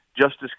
Justice